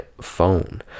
phone